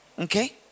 Okay